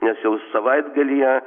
nes jau savaitgalyje